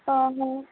ହଁ ମୁଁ